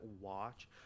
watch